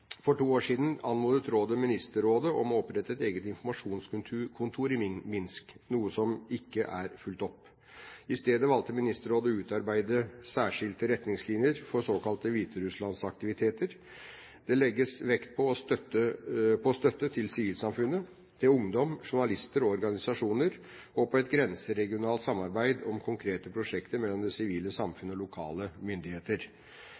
For to år siden anmodet rådet Ministerrådet om å opprette et eget informasjonskontor i Minsk, noe som ikke er fulgt opp. I stedet valgte Ministerrådet å utarbeide særskilte retningslinjer for såkalte hviterusslandsaktiviteter. Det legges vekt på støtte til sivilsamfunnet, til ungdom, journalister og organisasjoner, og på et grenseregionalt samarbeid om konkrete prosjekter mellom det sivile samfunn og lokale myndigheter.